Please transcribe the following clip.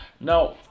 Now